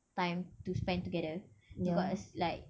time to spend together you got es~ like